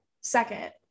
second